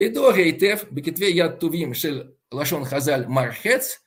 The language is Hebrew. עדור היטב בכתבי יד טובים של לשון חזל מרחץ